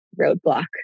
roadblock